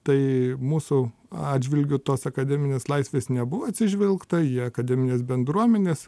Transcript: tai mūsų atžvilgiu tos akademinės laisvės nebuvo atsižvelgta į akademinės bendruomenės